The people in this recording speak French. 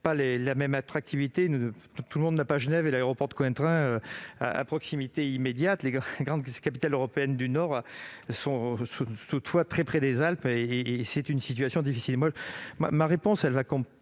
la même attractivité, car tout le monde n'a pas Genève et l'aéroport de Cointrin à proximité immédiate. Les grandes capitales européennes du Nord sont toutefois très proches des Alpes, ce qui crée des situations difficiles. Ma réponse comporte